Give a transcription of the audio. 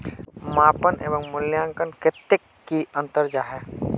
मापन एवं मूल्यांकन कतेक की अंतर जाहा?